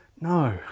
No